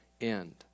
end